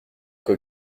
que